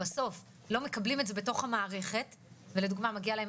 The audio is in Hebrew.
בסוף לא מקבלים את זה בתוך המערכת ולדוגמה מגיע להם